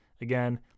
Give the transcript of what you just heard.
Again